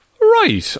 Right